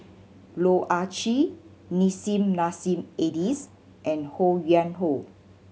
Loh Ah Chee Nissim Nassim Adis and Ho Yuen Hoe